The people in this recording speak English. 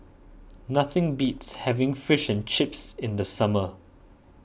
nothing beats having Fish and Chips in the summer